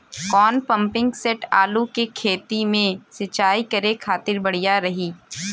कौन pumping set आलू के कहती मे सिचाई करे खातिर बढ़िया रही?